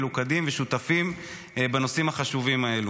מלוכדים ושותפים בנושאים החשובים האלה,